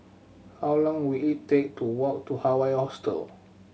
how long will it take to walk to Hawaii Hostel